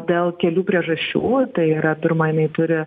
dėl kelių priežasčių tai yra pirma jinai turi